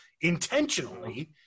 intentionally